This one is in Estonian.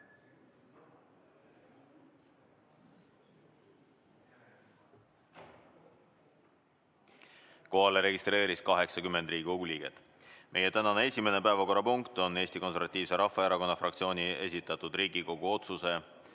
Kohale registreerus 80 Riigikogu liiget. Meie tänane esimene päevakorrapunkt on Eesti Konservatiivse Rahvaerakonna fraktsiooni esitatud Riigikogu otsuse